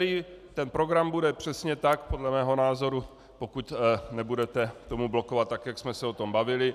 V úterý ten program bude přesně tak, podle mého názoru, pokud nebudete tomu blokovat, tak jak jsme se o tom bavili.